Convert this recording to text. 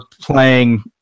playing